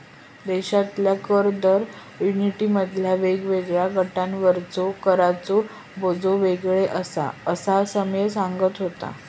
देशातल्या कर दर युनिटमधल्या वेगवेगळ्या गटांवरचो कराचो बोजो वेगळो आसा, असा समीर सांगा होतो